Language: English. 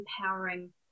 empowering